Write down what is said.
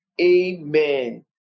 amen